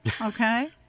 okay